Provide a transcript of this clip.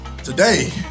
Today